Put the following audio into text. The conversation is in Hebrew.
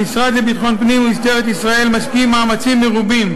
המשרד לביטחון פנים ומשטרת ישראל משקיעים מאמצים מרובים